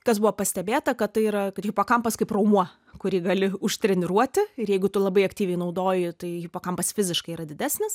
kas buvo pastebėta kad tai yra kad hipokampas kaip raumuo kurį gali užtreniruoti ir jeigu tu labai aktyviai naudoji tai hipokampas fiziškai yra didesnis